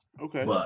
Okay